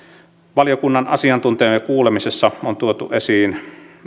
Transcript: valiokunnan asiantuntijakuulemisessa on tuotu esiin